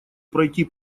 пройти